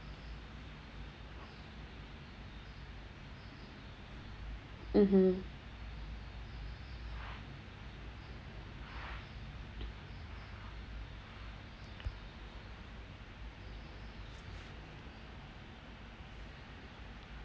mmhmm